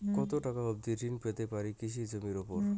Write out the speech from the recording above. কত টাকা অবধি ঋণ পেতে পারি কৃষি জমির উপর?